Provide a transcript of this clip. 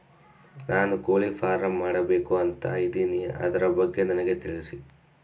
ನಾನು ಕೋಳಿ ಫಾರಂ ಮಾಡಬೇಕು ಅಂತ ಇದಿನಿ ಅದರ ಬಗ್ಗೆ ನನಗೆ ತಿಳಿಸಿ?